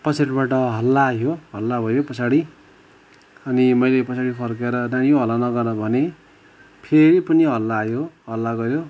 पछाडिबाट हल्ला आयो हल्ला भयो पछाडि अनि मैले पछाडि फर्केर नानी हो हल्ला नगर भनेँ फेरि पनि हल्ला आयो हल्ला गऱ्यो